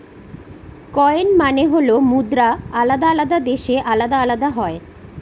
coin মানে হল মুদ্রা আলাদা আলাদা দেশে আলাদা আলাদা হয়